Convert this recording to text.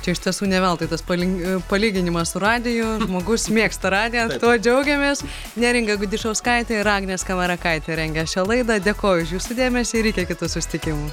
čia iš tiesų ne veltui tas palin palyginimas su radiju žmogus mėgsta radiją tuo džiaugiamės neringa gudišauskaitė ir agnė skamarakaitė rengė šią laidą dėkoju už jūsų dėmesį ir iki kitų susitikimų